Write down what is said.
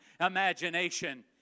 imagination